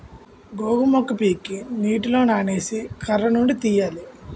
గోగు మొక్క పీకి నీటిలో నానేసి కర్రనుండి తీయాలి